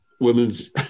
women's